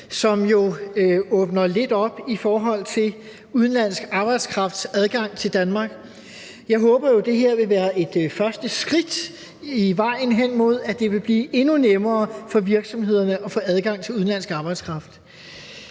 som jo åbner lidt op i forhold til udenlandsk arbejdskrafts adgang til Danmark. Jeg håber, at det her vil være et første skridt på vejen hen mod, at det vil blive endnu nemmere for virksomhederne at få adgang til udenlandsk arbejdskraft.